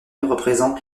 représente